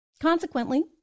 Consequently